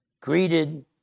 greeted